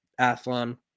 Athlon